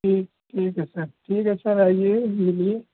ठीक ठीक है सर ठीक है सर आइए धीरे धीरे